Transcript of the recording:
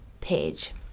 page